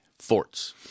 forts